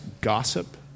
gossip